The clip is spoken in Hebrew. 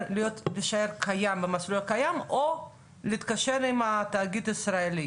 קיים במסלול הקיים או להתקשר עם תאגיד ישראלי,